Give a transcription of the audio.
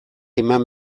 eman